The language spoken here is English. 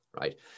right